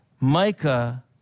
Micah